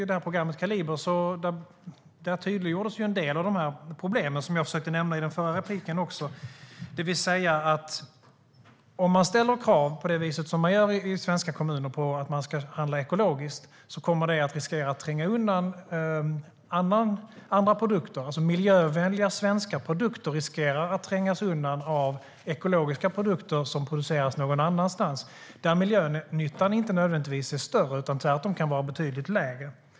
Där tydliggjordes en del av problemen som jag försökte nämna i den förra repliken, det vill säga att om man ställer krav på det vis som man gör i svenska kommuner på att handla ekologiskt finns risken att miljövänliga svenska produkter trängs undan av ekologiska produkter som produceras någon annanstans, där miljönyttan inte nödvändigtvis är större utan tvärtom kan vara betydligt mindre.